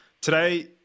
today